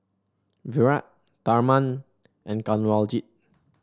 Virat Tharman and Kanwaljit